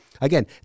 again